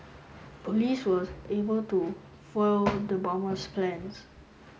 police was able to foil the bomber's plans